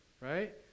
right